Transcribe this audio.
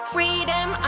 Freedom